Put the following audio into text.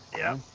yeah.